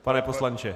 Pane poslanče!